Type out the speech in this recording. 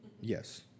Yes